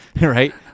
right